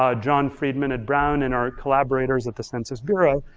ah john friedman at brown, and our collaborators at the census bureau,